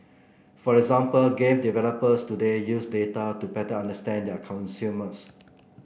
for example game developers today use data to better understand their consumers